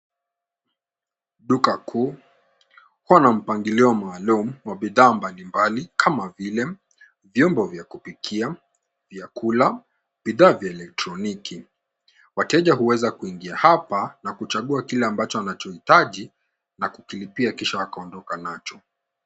Duka kuu likiwa na mpangilio maalum wa bidhaa mbalimbali kama vile vyombo vya kupikia, vyakula, bidhaa za elektroniki. Wateja huweza kuingia hapa na kuchagua kile ambacho wanachohitaji na kukilipia kisha wakaondoka nacho.